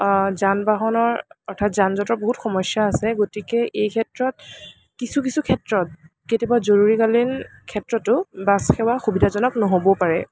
যান বাহনৰ অৰ্থাৎ যানজঁটৰ বহুত সমস্য়া আছে গতিকে এই ক্ষেত্ৰত কিছু কিছু ক্ষেত্ৰত কেতিয়াবা জৰুৰীকালীন ক্ষেত্ৰটো বাছ সেৱা সুবিধাজনক নহ'বও পাৰে